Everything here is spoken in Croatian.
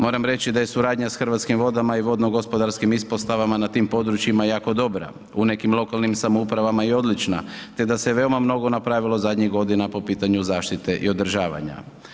Moram reći da je suradnja s Hrvatskim vodama i vodnogospodarskim ispostavama na tim područjima jako dobra, u nekim lokalnim samoupravama i odlična te da se veoma mnogo napravilo zadnjih godina po pitanju zaštite i održavanja.